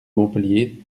montpellier